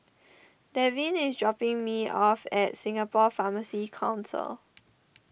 Deven is dropping me off at Singapore Pharmacy Council